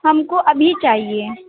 ہم کو ابھی چاہیے